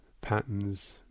patterns